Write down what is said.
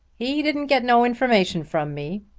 he didn't get no information from me,